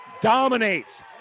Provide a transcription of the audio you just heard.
dominates